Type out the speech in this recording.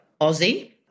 Aussie